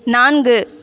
நான்கு